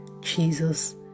Jesus